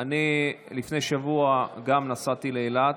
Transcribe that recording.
גם אני לפני שבוע נסעתי לאילת.